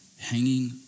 hanging